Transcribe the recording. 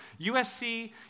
USC